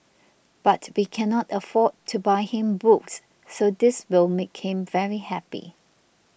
but we cannot afford to buy him books so this will make him very happy